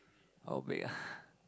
outbreak ah